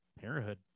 Parenthood